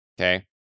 Okay